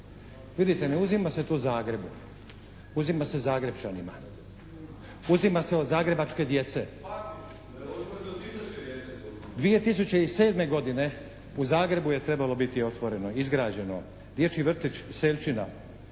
Vidite, ne uzima se tu Zagrebu, uzima se Zagrepčanima, uzima se od zagrebačke djece. 2007. godine u Zagrebu je trebalo biti otvoreno i izgrađeno dječji vrtić Selčina,